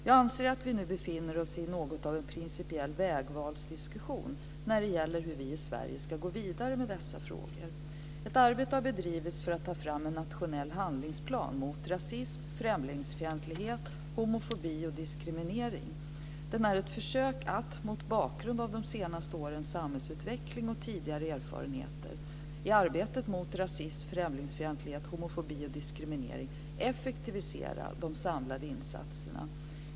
Jag anser att vi nu befinner oss i något av en principiell vägvalsdiskussion när det gäller hur vi i Sverige ska gå vidare med dessa frågor. Ett arbete har bedrivits för att ta fram en nationell handlingsplan mot rasism, främlingsfientlighet, homofobi och diskriminering. Den är ett försök att, mot bakgrund av de senaste årens samhällsutveckling och tidigare erfarenheter i arbetet mot rasism, främlingsfientlighet, homofobi och diskriminering, effektivisera de samlade insatserna.